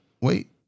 wait